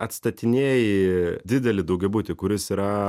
atstatinėji didelį daugiabutį kuris yra